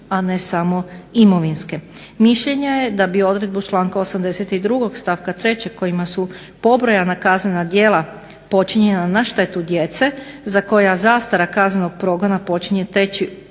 a ne samo imovinske. Mišljenja je da bi odredbu članka 82. stavka 3. kojima su pobrojana kaznena djela počinjena na štetu djece, za koja zastara kaznenog progona počinje teći